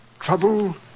Trouble